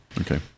Okay